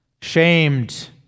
Shamed